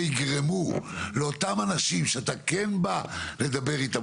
יגרמו לאותם אנשים שאתה כן בא לדבר איתם,